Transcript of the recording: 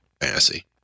fantasy